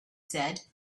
said